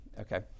Okay